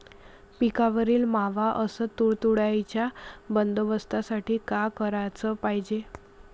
पिकावरील मावा अस तुडतुड्याइच्या बंदोबस्तासाठी का कराच पायजे?